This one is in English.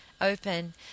open